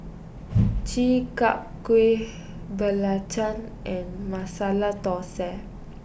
Chi Kak Kuih Belacan and Masala Thosai